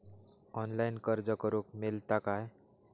Online अर्ज करूक मेलता काय?